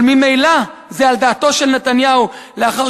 אבל ממילא זה על דעתו של נתניהו לאחר